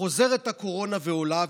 חוזרת הקורונה ועולה,